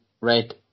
Right